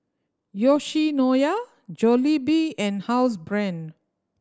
Yoshinoya Jollibee and Housebrand